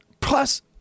plus